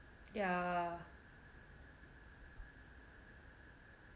yeah